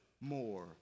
more